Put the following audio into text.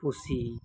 ᱯᱩᱥᱤ